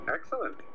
Excellent